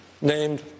named